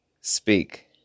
speak